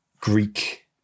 Greek